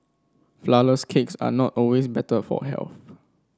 flourless cakes are not always better for health